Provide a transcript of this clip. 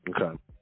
okay